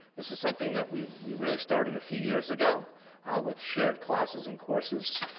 this is something that we we really started a few years ago with shared classes and courses.